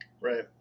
right